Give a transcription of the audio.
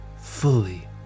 fully